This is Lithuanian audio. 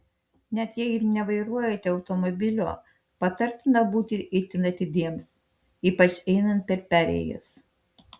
net jei ir nevairuojate automobilio patartina būti itin atidiems ypač einant per perėjas